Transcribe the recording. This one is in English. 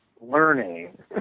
learning